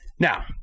Now